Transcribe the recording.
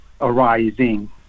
arising